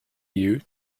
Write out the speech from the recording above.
you